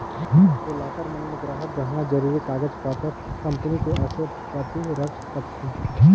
ये लॉकर मन मे गराहक गहना, जरूरी कागज पतर, कंपनी के असे पाती रख सकथें